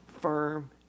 firm